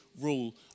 rule